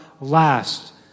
last